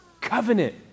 covenant